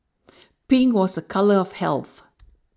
pink was a colour of health